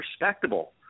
respectable